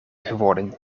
geworden